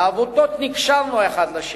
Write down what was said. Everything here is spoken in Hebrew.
בעבותות נקשרנו אחד אל השני,